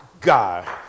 God